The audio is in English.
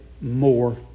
more